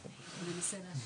חברי כנסת שרוצים להתייחס